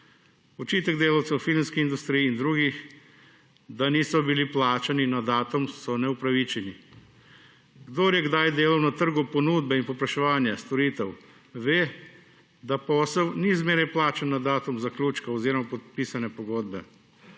Očitki delavcev v filmski industriji in drugih, da niso bili plačani na datum, so neupravičeni. Kdor je kdaj delal na trgu ponudbe in povpraševanja storitev, ve, da posel ni zmeraj plačan na datum zaključka oziroma podpisane pogodbe.